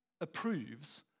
approves